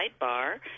sidebar